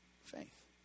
faith